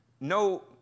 no